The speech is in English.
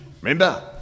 Remember